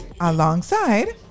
Alongside